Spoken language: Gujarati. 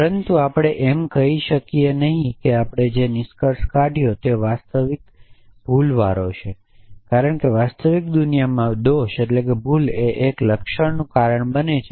પરંતુ આપણે એમ કહી શકીએ નહીં કે આપણે જે નિષ્કર્ષ કાઢયો છે તે વાસ્તવિક દોષ છે કારણ કે વાસ્તવિક દુનિયામાં દોષ એ એક લક્ષણનું કારણ બને છે